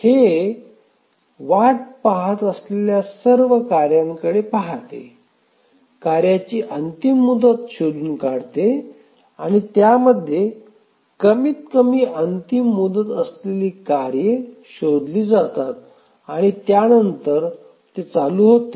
हे वाट पाहत असलेल्या सर्व कार्यांकडे पाहते कार्यांची अंतिम मुदत शोधून काढते आणि त्यामध्ये कमीतकमी अंतिम मुदत असलेली कार्ये शोधली जातात आणि त्यानंतर ते चालू होते